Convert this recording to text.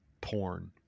porn